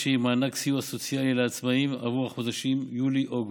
מענק סיוע סוציאלי לעצמאים עבור החודשים יולי-אוגוסט.